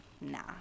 nah